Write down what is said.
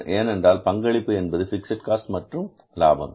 ஏனென்றால் மொத்த பங்களிப்பு என்பது பிக்ஸட் காஸ்ட் மற்றும் லாபம்